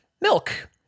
milk